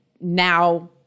now